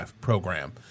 program